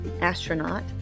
astronaut